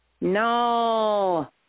No